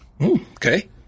Okay